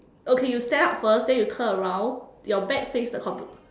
okay you stand up first then you turn around your back face the compu~